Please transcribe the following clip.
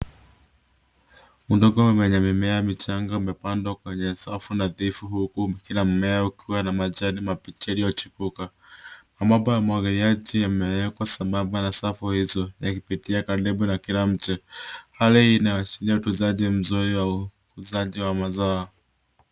Udongo wenye mimea michanga umepandwa kwenye safu nadhifu huku kila mmea ukiwa na majani mabichi yaliyochipuka. Mabomba ya umwagiliaji yamewekwa sambamba na safu hizo na ikipitia karibu na kila mche. Hali hii inaashiria utunzaji mzuri wa ukuzaji wa mazao haya.